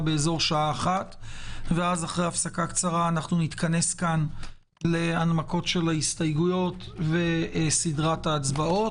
ואחרי הפסקה קצרה נתכנס כאן להנמקות של ההסתייגויות וסדרת ההצבעות.